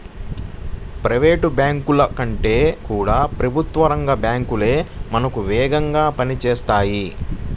private బ్యాంకుల కంటే కూడా ప్రభుత్వ రంగ బ్యాంకు లే మనకు వేగంగా పని చేస్తాయి